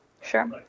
Sure